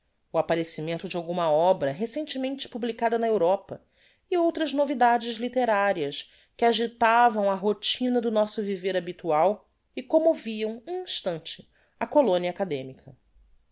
o apparecimento de alguma obra recentemente publicada na europa e outras novidades litterarias que agitavam a rotina do nosso viver habitual e commoviam um instante a colonia academica